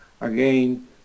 again